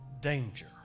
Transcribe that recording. danger